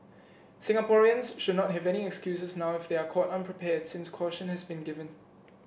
Singaporeans should not have any excuses now if they are caught unprepared since caution has been given